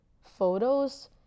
photos